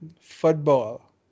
football